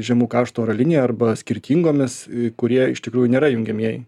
žemų karšto oro linija arba skirtingomis kurie iš tikrųjų nėra jungiamieji